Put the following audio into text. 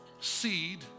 Seed